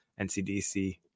NCDC